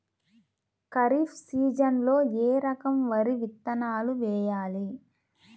ఖరీఫ్ సీజన్లో ఏ రకం వరి విత్తనాలు వేయాలి?